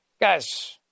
guy's